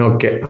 Okay